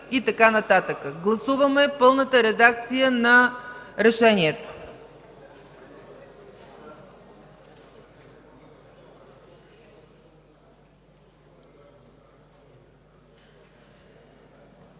и така нататък. Гласуваме пълната редакция на Решението.